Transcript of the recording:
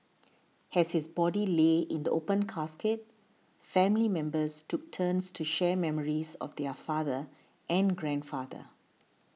as his body lay in the open casket family members took turns to share memories of their father and grandfather